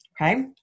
Okay